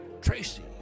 Tracy